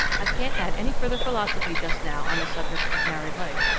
i can't add any further philosophy just now on the subject of married life,